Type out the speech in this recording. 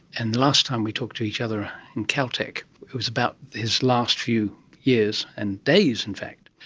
and the last time we talked to each other in caltech it was about his last few years and days in fact.